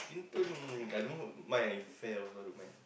skin tone I don't know mind if fair also I don't mind ah